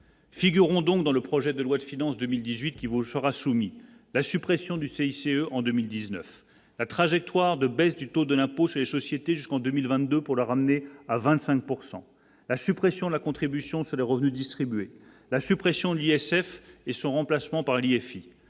Figureront donc dans le projet de loi de finances 2018 qui vous sera soumis la suppression du CICE en 2019 la trajectoire de baisse du taux de l'impôt sur les sociétés jusqu'en 2022 pour le le ramener à 25 pourcent,, la suppression de la contribution sur les revenus distribués, la suppression de l'ISF et son remplacement par l'IFI,